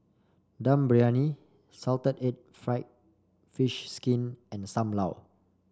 Dum Briyani Salted Egg fried fish skin and Sam Lau